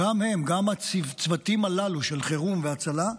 גם הם, גם הצוותים הללו של חירום והצלה,